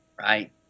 right